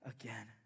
again